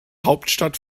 hauptstadt